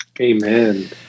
amen